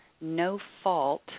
no-fault